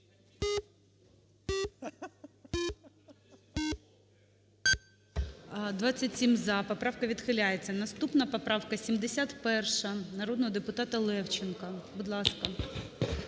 За-27 Поправка відхиляється. Наступна поправка 71 народного депутата Левченка. Будь ласка.